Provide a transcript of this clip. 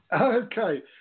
Okay